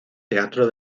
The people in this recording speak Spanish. teatro